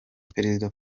perezida